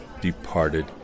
departed